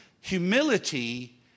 humility